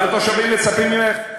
אבל התושבים מצפים ממך,